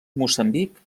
moçambic